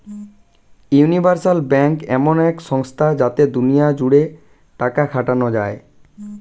universal bank এমন এক সংস্থা যাতে দুনিয়া জুড়ে টাকা খাটানো যায়